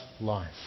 life